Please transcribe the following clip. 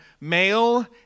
male